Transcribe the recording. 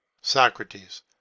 Socrates